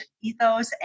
Ethos